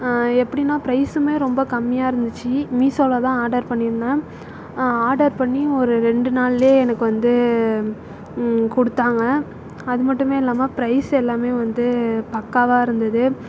எப்படின்னா ப்ரைஸுமே ரொம்ப கம்மியாக இருந்துச்சு மீஸோவில் தான் ஆடர் பண்ணிருந்தேன் ஆடர் பண்ணி ஒரு ரெண்டு நாளில் எனக்கு வந்து கொடுத்தாங்க அதுமட்டுமே இல்லாமல் ப்ரைஸ் எல்லாமே வந்து பக்காவாக இருந்தது